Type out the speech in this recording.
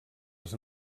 els